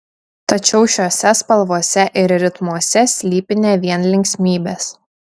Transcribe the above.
tačiau šiose spalvose ir ritmuose slypi ne vien linksmybės